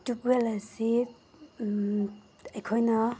ꯇ꯭ꯌꯨꯕ well ꯑꯁꯤ ꯑꯩꯈꯣꯏꯅ